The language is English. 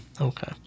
Okay